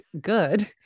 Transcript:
good